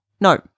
no